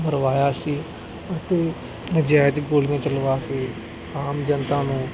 ਮਰਵਾਇਆ ਸੀ ਅਤੇ ਨਜਾਇਜ਼ ਗੋਲੀਆਂ ਚਲਵਾ ਕੇ ਆਮ ਜਨਤਾ ਨੂੰ